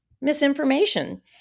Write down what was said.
misinformation